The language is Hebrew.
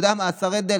אתה יודע מה, השר הנדל?